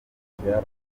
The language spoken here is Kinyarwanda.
ndashaka